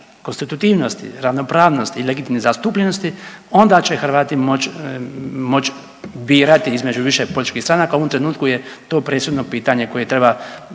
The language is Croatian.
konstitutivnosti, ravnopravnosti i legitimne zastupljenosti, onda će Hrvati moći birati između više političkih stranaka, u ovom trenutku je to presudno pitanje koje treba